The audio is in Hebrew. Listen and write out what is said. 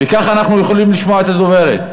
וככה אנחנו נוכל לשמוע את הדוברת.